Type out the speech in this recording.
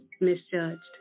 misjudged